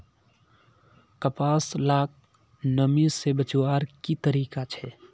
कपास लाक नमी से बचवार की तरीका छे?